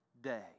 day